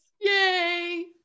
yay